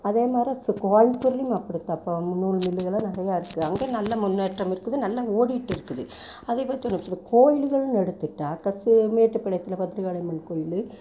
அதே மாரி கோயம்புத்தூர்லேயும் அப்படித்தாப்பா நூல் மில்லுகளெல்லாம் நிறையா இருக்குது அங்கே நல்ல முன்னேற்றம் இருக்குது நல்ல ஓடிகிட்டு இருக்குது அதே கோயில்கள்னு எடுத்துகிட்டா மேட்டுப்பாளையத்தில் பத்திரகாளியம்மன் கோயில்